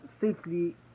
safely